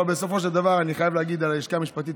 אבל בסופו של דבר אני חייב להגיד על הלשכה המשפטית,